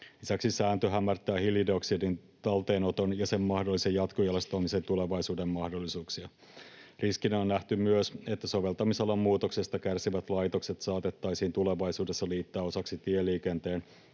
Lisäksi sääntö hämärtää hiilidioksidin talteenoton ja sen mahdollisen jatkojalostamisen tulevaisuuden mahdollisuuksia. Riskinä on nähty myös, että soveltamisalan muutoksesta kärsivät laitokset saatettaisiin tulevaisuudessa liittää osaksi tieliikenteelle